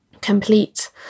complete